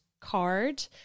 card